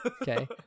okay